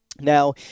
Now